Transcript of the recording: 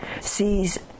sees